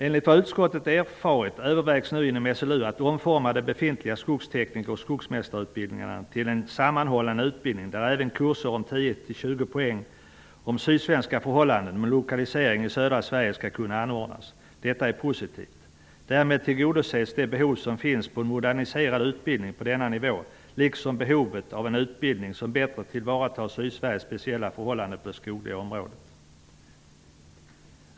Enligt vad utskottet erfarit övervägs nu inom SLU att omforma de befintliga skogstekniker och skogsmästarutbildningarna till en sammanhållen utbildning där även kurser om 10/20 poäng om sydsvenska förhållanden med lokalisering i södra Sverige skall kunna anordnas. Detta är positivt. Därmed tillgodoses de behov som finns på en moderniserad utbildning på denna nivå liksom behovet av en utbildning som bättre tar tillvara Sydsveriges speciella förhållanden på det skogliga området.